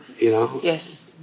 Yes